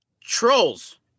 Trolls